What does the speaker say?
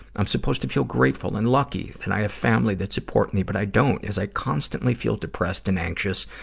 i'm supposed to feel grateful and lucky that i have family that support me, but i don't, as i constantly feel depressed and anxious,